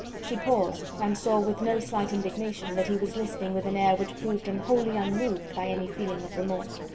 she paused, and saw with no slight indignation that he was listening with an air which proved him wholly unmoved by any feeling of remorse.